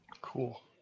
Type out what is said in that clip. Cool